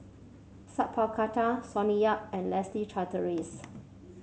Sat Pal Khattar Sonny Yap and Leslie Charteris